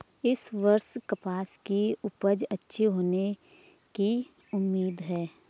इस वर्ष कपास की उपज अच्छी होने की उम्मीद है